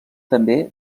també